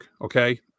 okay